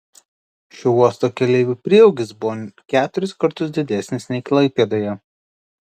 šio uosto keleivių prieaugis buvo keturis kartus didesnis nei klaipėdoje